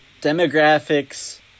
demographics